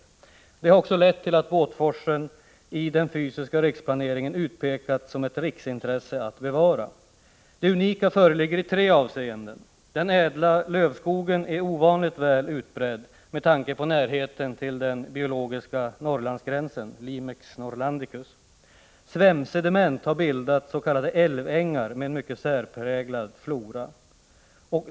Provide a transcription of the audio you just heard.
Detta har också lett till att Båtforsen i den fysiska riksplaneringen har utpekats som ett område som det är av riksintresse att bevara. Det unika föreligger i tre avseenden: — Den ädla lövskogen är ovanligt väl utbredd med tanke på närheten till den biologiska Norrlandsgränsen — Limex norrlandicus. — Svämsediment har bildat s.k. älvängar med mycket särpräglad flora.